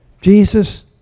Jesus